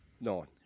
Nine